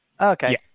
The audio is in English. Okay